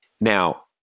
Now